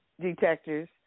detectors